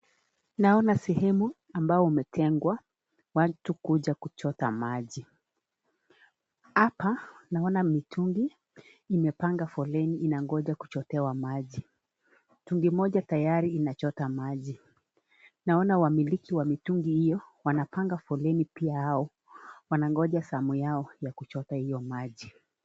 Naona sehemu ambao umetengwa watu kuja kuchota maji. Hapa naona mitungi imepanga foleni inangoja uchotewe maji. Mtungi moja tayari inachota maji. Naona wamiliki wa mitungi hiyo wanapanga foleni pia hao wanangoja zamu yao ya kuchota hiyo maji.